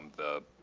the,